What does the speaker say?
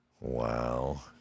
Wow